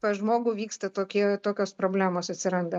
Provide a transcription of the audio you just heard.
pas žmogų vyksta tokie tokios problemos atsiranda